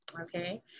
okay